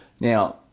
Now